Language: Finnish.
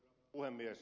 puhemies